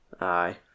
Aye